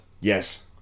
Yes